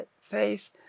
faith